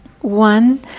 one